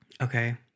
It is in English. okay